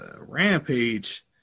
rampage